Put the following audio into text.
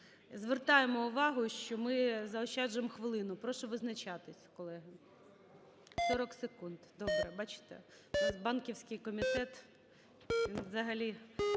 Звертаємо увагу, що ми заощаджуємо хвилину.